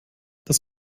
das